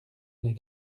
les